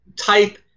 type